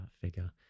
figure